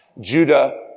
Judah